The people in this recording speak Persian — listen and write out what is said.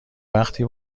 وقتی